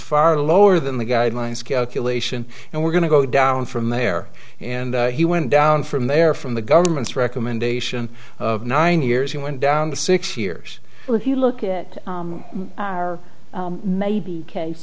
far lower than the guidelines calculation and we're going to go down from there and he went down from there from the government's recommendation of nine years he went down the six years if you look at our maybe case